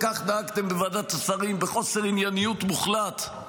כך נהגתם בוועדת השרים, בחוסר ענייניות מוחלט.